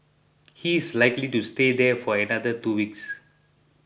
he is likely to stay there for another two weeks